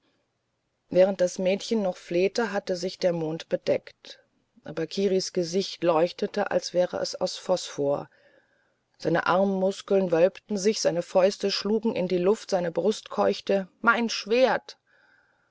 während das junge mädchen noch flehte hatte sich der mond bedeckt aber kiris gesicht leuchtete als wäre es aus phosphor seine armmuskeln wölbten sich seine fäuste schlugen in die luft seine brust keuchte mein schwert